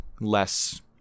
less